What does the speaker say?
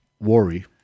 worry